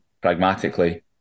pragmatically